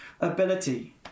ability